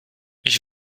ich